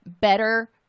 better